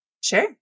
Sure